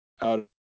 out